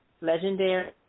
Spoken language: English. Legendary